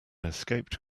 escaped